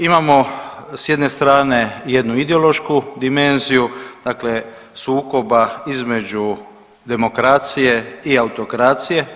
Imamo s jedne strne jednu ideološku dimenziju, dakle sukoba između demokracije i autokracije.